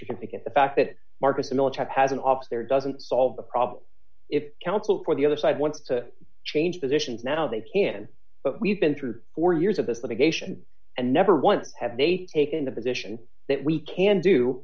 certificate the fact that marcus the military has an office there doesn't solve the problem if counsel for the other side wants to change positions now they can but we've been through four years of this litigation and never once have they taken the position that we can do